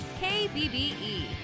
KBBE